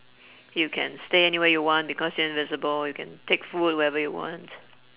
you can stay anywhere you want because you're invisible you can take food wherever you want